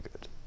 good